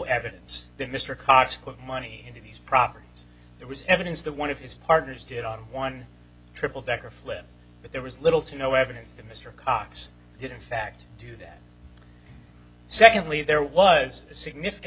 evidence that mr cox put money into these properties there was evidence that one of his partners did on one triple decker flip but there was little to no evidence that mr cox did in fact do that secondly there was a significant